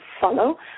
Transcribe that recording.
follow